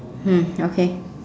mm okay